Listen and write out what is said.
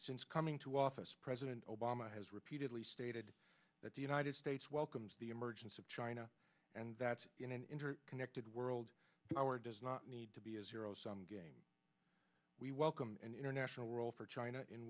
since coming to office president obama has repeatedly stated that the united states welcomes the emergence of china and that in an interconnected world power does not need to be a zero sum game we welcome an international role for china in